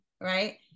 Right